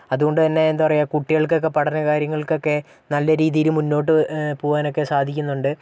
അതുകൊണ്ടുതന്നെ എന്താ പറയുക കുട്ടികൾക്കൊക്കെ പഠനകാര്യങ്ങൾക്കൊക്കെ നല്ല രീതിയിൽ മുന്നോട്ട് പോവാനൊക്കെ സാധിക്കുന്നുണ്ട്